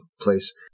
place